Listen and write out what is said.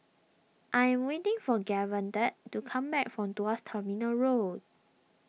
I am waiting for Davante to come back from Tuas Terminal Road